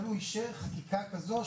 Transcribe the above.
לכן הוא אישר חקיקה כזו,